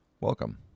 welcome